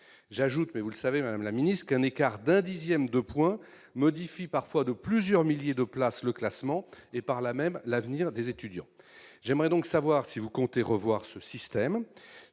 J'ajoute, mais vous le savez, madame la ministre, qu'un écart d'un dixième de point modifie parfois de plusieurs milliers de places le classement et, par là même, l'avenir des étudiants. J'aimerais donc savoir si vous comptez revoir ce système.